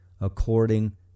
according